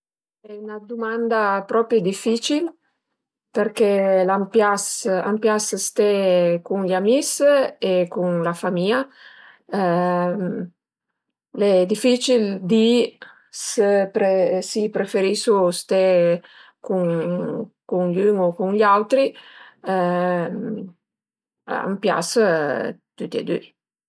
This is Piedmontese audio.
Al e 'na dumanda propi dificil perché a m'pias a m'pias ste cun i amis e cun la famìa. Ale e dificil di së pr- si preferisu ste cun gl'ün u cun i autri, a m'pias tüti e düi